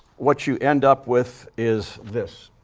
what you end up with is this.